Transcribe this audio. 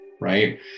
right